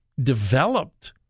developed